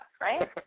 right